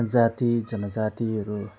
जाति जनजातिहरू